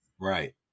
Right